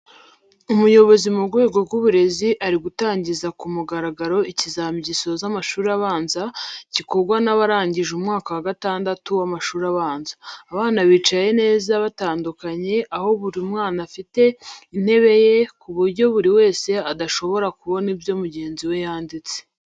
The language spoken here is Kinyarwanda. Umuyobozi mu rwego rw'uburezi ari gutangiza ku mugaragaro ikizami gisoza amashuri abanza gikorwa n'abarangije umwaka wa gatandatu w'amashuri abanza. Abana bicaye neza batandukanye aho buri mwana afite intebe ye, ku buryo buri wese adashobora kubona ibyo mugenzi we yanditse.